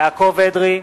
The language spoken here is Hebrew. יעקב אדרי,